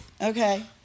Okay